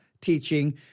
teaching